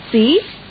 See